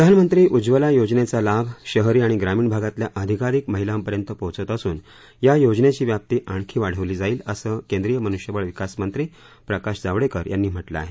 प्रधानमंत्री उज्वला योजनेचा लाभ शहरी आणि ग्रामीण भागातल्या अधिकाधिक महिलांपर्यंत पोचत असुन या योजनेची व्याप्ती आणखी वाढवली जाईल असं केंद्रीय मनुष्यबळ विकास मंत्री प्रकाश जावडेकर यांनी म्हटलं आहे